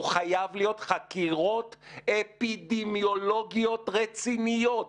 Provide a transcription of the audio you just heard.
הוא חייב להיות חקירות אפידמיולוגיות רציניות,